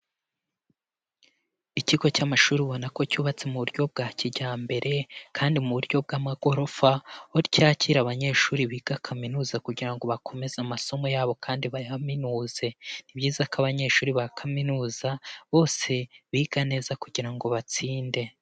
Ikigo cy'amashuri ubona ko cyubatse mu buryo bwa kijyambere kandi mu buryo bw'amagorofa aho cyakira abanyeshuri biga kaminuza kugira bakomeze amasomo ya bo kandi bayaminuze. Ni byiza ko abanyeshuri ba kaminuza bose biga neza kugira ngo batsinde.